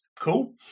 cool